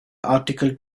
article